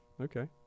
okay